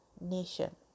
nation